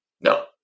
No